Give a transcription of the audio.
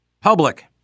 Public